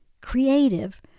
creative